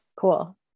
cool